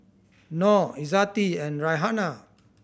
Nor Izzati and Raihana